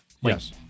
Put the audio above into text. Yes